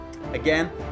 Again